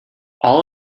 all